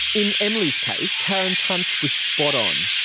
in emily's case taryn's hunch was spot on.